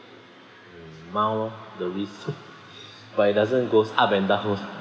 mm mild orh the risk but it doesn't goes up and down